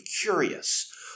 curious